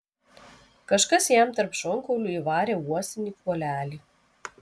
kažkas jam tarp šonkaulių įvarė uosinį kuolelį